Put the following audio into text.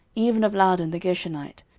even of laadan the gershonite,